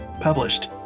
published